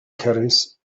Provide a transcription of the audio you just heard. caddies